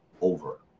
over